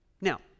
Now